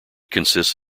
consists